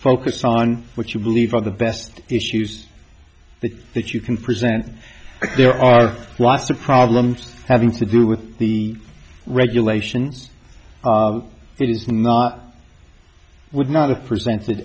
focus on what you believe are the best issues that you can present there are lots of problems having to do with the regulations it is not would not have presented